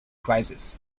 crisis